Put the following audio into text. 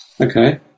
Okay